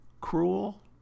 Cruel